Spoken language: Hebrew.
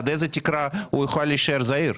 עד איזה תקרה הוא יוכל להישאר זעיר?